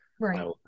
Right